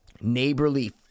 neighborly